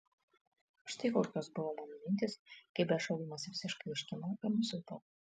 štai kokios buvo mano mintys kai bešaukdamas visiškai užkimau ir nusilpau